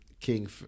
King